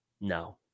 No